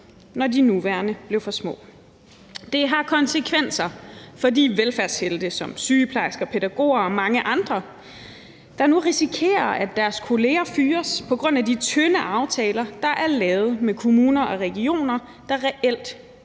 når de nuværende blev for små; og det har konsekvenser for de velfærdshelte som sygeplejersker, pædagoger og mange andre, der nu risikerer, at deres kolleger fyres på grund af de tynde aftaler, der er lavet med kommuner og regioner, og som reelt